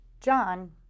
John